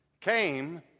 came